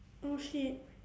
oh shit